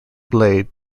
blade